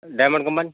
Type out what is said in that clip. diamond company